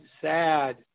sad